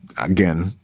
again